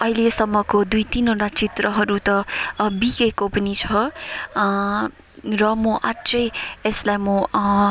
अहिलेसम्मको दुइ तिनवटा चित्रहरू त बिकेको पनि छ र म अझै यसलाई म